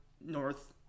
north